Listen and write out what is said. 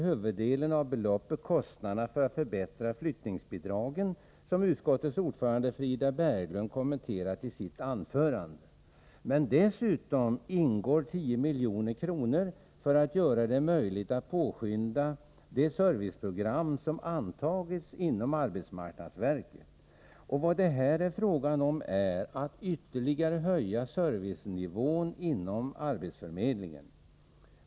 Huvuddelen av beloppet avser kostnaderna för att förbättra flyttningsbidragen, som utskottets ordförande Frida Berglund kommenteradeisitt anförande. Men dessutom ingår 10 milj.kr. för att göra det möjligt att påskynda det serviceprogram som har antagits inom arbetsmarknadsverket. Vad det här är fråga om är att ytterligare höja servicenivån inom arbetsförmedlingen.